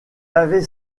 avait